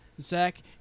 Zach